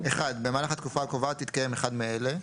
במהלך התקופה הקובעת התקיים אחד מאלה: